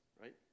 right